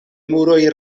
muroj